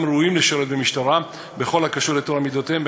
ראויים לשרת במשטרה בכל הקשור לטוהר מידותיהם,